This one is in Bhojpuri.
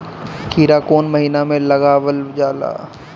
खीरा कौन महीना में लगावल जाला?